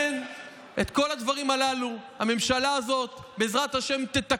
את כל הדברים הללו הממשלה הזאת תתקן,